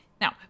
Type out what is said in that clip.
Now